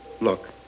Look